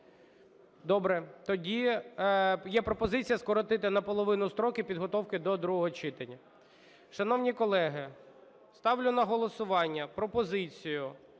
Добре. Тоді є пропозиція скоротити наполовину строки підготовки до другого читання. Шановні колеги, ставлю на голосування пропозицію…